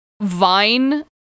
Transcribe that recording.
vine